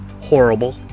Horrible